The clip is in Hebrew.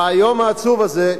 והיום העצוב הזה,